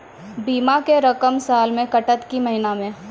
बीमा के रकम साल मे कटत कि महीना मे?